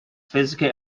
physical